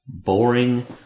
boring